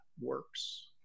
works